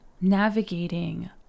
navigating